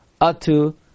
atu